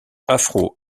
afro